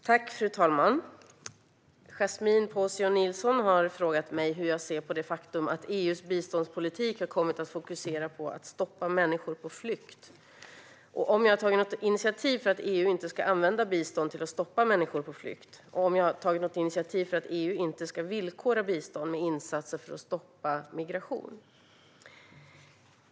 Svar på interpellationer Fru talman! Yasmine Posio Nilsson har frågat mig hur jag ser på faktumet att EU:s biståndspolitik har kommit att fokusera på att stoppa människor på flykt och om jag har tagit något initiativ för att EU inte ska använda bistånd till att stoppa människor på flykt. Hon har också frågat mig om jag har tagit något initiativ för att EU inte ska villkora bistånd med insatser för att stoppa migration.